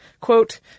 quote